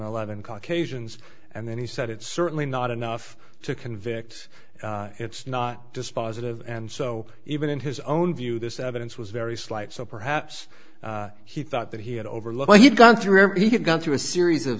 eleven caucasians and then he said it's certainly not enough to convict it's not dispositive and so even in his own view this evidence was very slight so perhaps he thought that he had overlooked what you'd gone through or he had gone through a series of